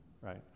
right